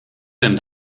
denn